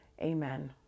Amen